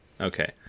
Okay